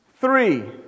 three